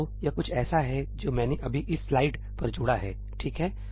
तो यह कुछ ऐसा है जो मैंने अभी इस स्लाइड पर जोड़ा है ठीक है